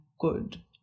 good